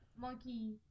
Monkey